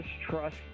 distrust